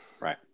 Right